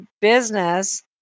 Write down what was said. business